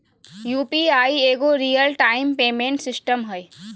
UPI एगो real time payment system हइ